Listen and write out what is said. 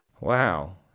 Wow